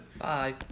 Bye